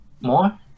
more